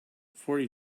forty